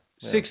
Six